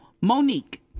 Monique